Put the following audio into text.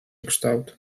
kształt